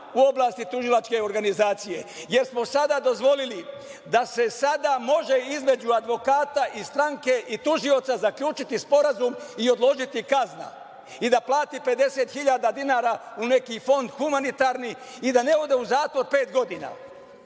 u oblasti tužilačke organizacije, jer smo sada dozvolili da se sada može između advokata i stranke i tužioca zaključiti sporazum i odložiti kazna i da plati 50 hiljada dinara u neki fond humanitarni i da ne ode u zatvor pet godina,